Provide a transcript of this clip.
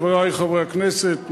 חברי חברי הכנסת,